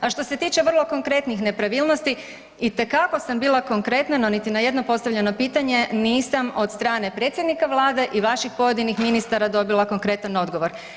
A što se tiče vrlo konkretnih nepravilnosti itekako sam bila konkretna, no niti na jedno postavljeno pitanje nisam od strane predsjednika vlade i vaših pojedinih ministara dobila konkretan odgovor.